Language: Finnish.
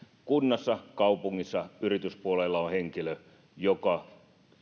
kunnassa kaupungissa yrityspuolella on henkilö joka